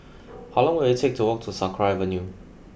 how long will it take to walk to Sakra Avenue